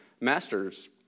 masters